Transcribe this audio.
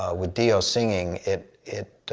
ah with dio singing, it it